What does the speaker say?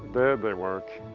then they work.